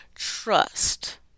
Trust